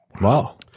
Wow